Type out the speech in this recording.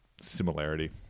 similarity